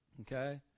Okay